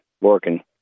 working